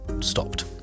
Stopped